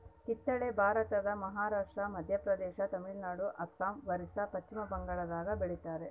ಕಿತ್ತಳೆ ಭಾರತದ ಮಹಾರಾಷ್ಟ್ರ ಮಧ್ಯಪ್ರದೇಶ ತಮಿಳುನಾಡು ಅಸ್ಸಾಂ ಒರಿಸ್ಸಾ ಪಚ್ಚಿಮಬಂಗಾಳದಾಗ ಬೆಳಿತಾರ